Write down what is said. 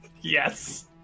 Yes